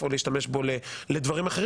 לא רוצה לחטוא בחטא הגאווה,